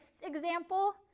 example